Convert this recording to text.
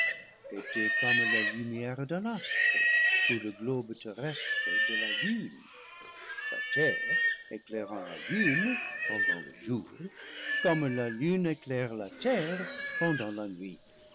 était comme la lumière d'un astre pour le globe terrestre de la lune la terre éclairant la lune pendant le jour comme la lune éclaire la terre pendant la nuit